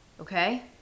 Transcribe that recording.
okay